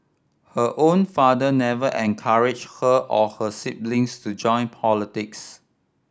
her own father never encouraged her or her siblings to join politics